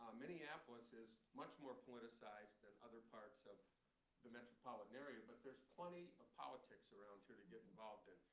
ah minneapolis is much more politicized than other parts of the metropolitan area. but there's plenty of politics around here to get involved in.